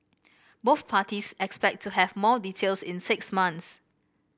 both parties expect to have more details in six months